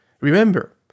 Remember